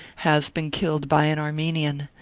has been killed by an armenian,